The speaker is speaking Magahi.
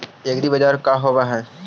एग्रीबाजार का होव हइ?